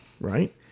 Right